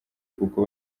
kuko